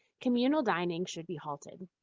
communal dining should be halted.